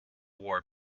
war